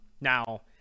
Now –